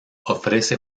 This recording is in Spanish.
ofrece